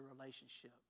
relationship